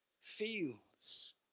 feels